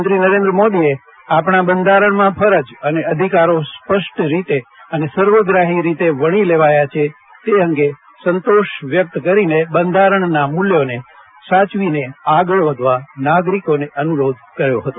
પ્રધાનમંત્રી નરેન્દ્ર મોદીએ આપણા બંધારણમાં ફરજ અને અધિકારો સ્પષ્ટ રીતે અને સર્વગ્રાહી રીતે વણી લેવાયા છે તે અંગે સંતોષ વ્યકત કરીને બંધારશના મુલ્યોને સાચવીને આગળ વધવા નાગરીકોને અનુરોધ કર્યો હતો